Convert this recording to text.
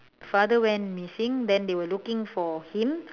father went missing then they were looking for him